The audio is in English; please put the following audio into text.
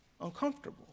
uncomfortable